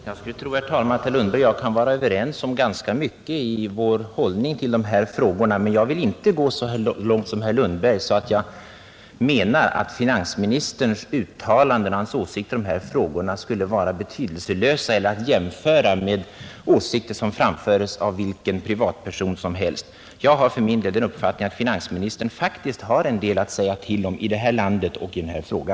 Herr talman! Jag tror att herr Lundberg och jag nog kan vara överens om ganska mycket i vår hållning i dessa frågor, men jag vill inte gå så långt som herr Lundberg och anse att finansministerns uttalanden och åsikter i dessa frågor skulle vara betydelselösa eller att jämföra med åsikter som framförs av vilken privatperson som helst. Jag har för min del den uppfattningen att finansministern faktiskt har en del att säga till om i detta land och i denna fråga.